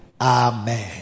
amen